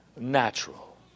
natural